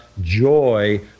joy